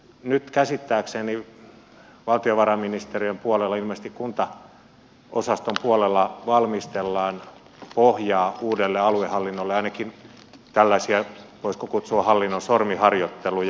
nyt käsittääkseni valtiovarainministeriön puolella ilmeisesti kuntaosaston puolella valmistellaan pohjaa uudelle aluehallinnolle ainakin on tällaisia voisiko kutsua hallinnon sormiharjoitteluja